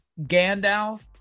Gandalf